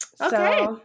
Okay